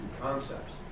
concepts